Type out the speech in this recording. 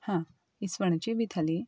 हां इस्वणाची बी थाळी